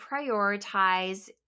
prioritize